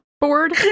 board